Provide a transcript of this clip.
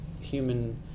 human